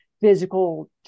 physical